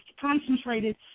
concentrated